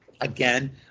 Again